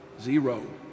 Zero